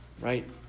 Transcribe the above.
Right